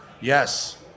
Yes